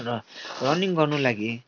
र रनिङ गर्नु लागि